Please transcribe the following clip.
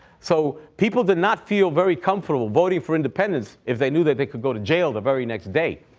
so people did not feel very comfortable voting for independence if they knew that they could go to jail the very next day.